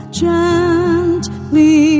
gently